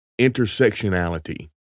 intersectionality